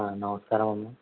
నమస్కారం అమ్మా